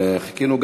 שחיכינו,